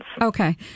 Okay